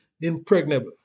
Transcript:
impregnable